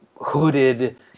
hooded